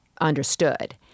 understood